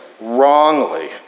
wrongly